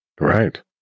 Right